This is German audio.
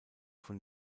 von